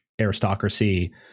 Aristocracy